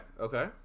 okay